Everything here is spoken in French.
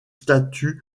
statut